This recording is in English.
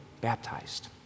baptized